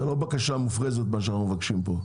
זה לא בקשה מופרזת מה שאנחנו מבקשים פה,